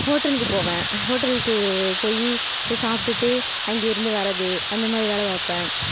ஹோட்டலுக்கு போவேன் ஹோட்டலுக்கு போய் போய் சாப்பிட்டுட்டு அங்கே இருந்து வர்றது அந்தமாதிரி வேலை பார்ப்பேன்